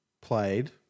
played